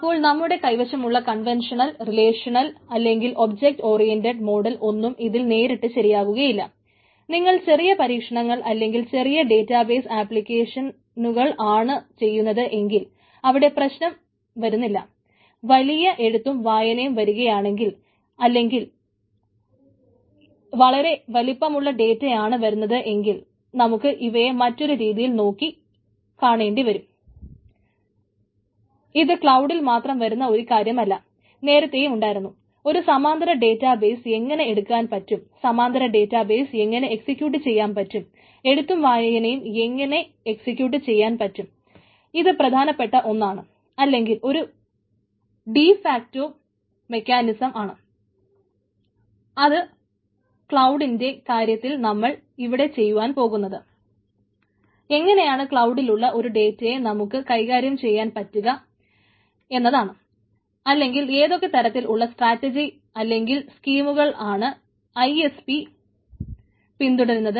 അപ്പോൾ നമ്മുടെ കൈവശമുള്ള കൺവൻഷണൽ നിന്നും ആണ് നോക്കി കാണുന്നത്